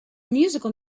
musical